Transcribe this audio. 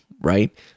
right